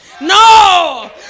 No